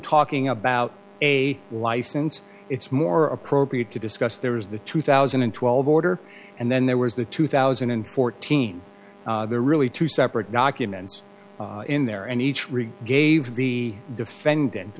talking about a license it's more appropriate to discuss there was the two thousand and twelve order and then there was the two thousand and fourteen there are really two separate documents in there and each rig gave the defendant